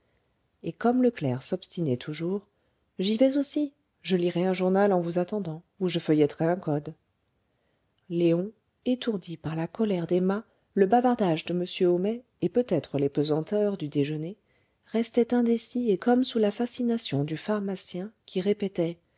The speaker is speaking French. et comme le clerc s'obstinait toujours j'y vais aussi je lirai un journal en vous attendant ou je feuilletterai un code léon étourdi par la colère d'emma le bavardage de m homais et peut-être les pesanteurs du déjeuner restait indécis et comme sous la fascination du pharmacien qui répétait